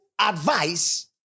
advice